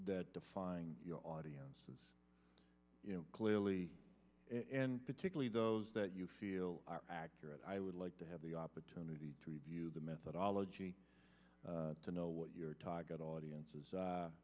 that defining your audience is you know clearly and particularly those that you feel are accurate i would like to have the opportunity to review the methodology to know what your target audience is